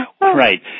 Right